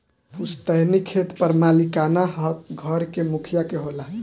पुस्तैनी खेत पर मालिकाना हक घर के मुखिया के होला